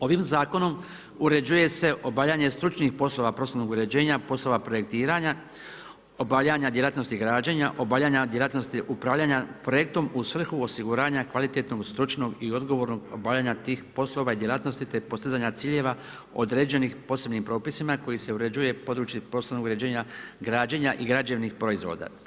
Ovim zakonom uređuje se obavljanje stručnih poslova prostornog uređenja poslova projektiranja, obavljanja djelatnosti građenja, obavljanja djelatnosti upravljanja projektom u svrhu osiguranja kvalitetnog, stručnog i odgovornog obavljanja tih poslova i djelatnosti te postizanja ciljeva određenih posebnim propisima koji se uređuje područje prostornog uređenja građenja i građevnih proizvoda.